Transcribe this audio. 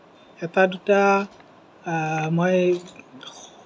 এটা দুটা মই